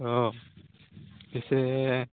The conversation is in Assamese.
অঁ পিছে